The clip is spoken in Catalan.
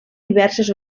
diverses